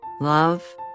Love